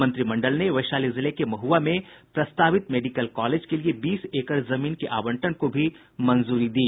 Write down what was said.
मंत्रिमंडल ने वैशाली जिले के महुआ में प्रस्तावित मेडिकल कॉलेज के लिए बीस एकड़ जमीन के आवंटन को भी मंजूरी दी